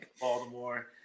Baltimore